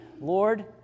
Lord